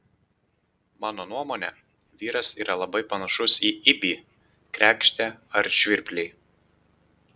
mano nuomone vyras yra labai panašus į ibį kregždę ar žvirblį